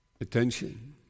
attention